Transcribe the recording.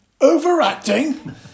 Overacting